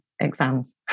exams